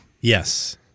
Yes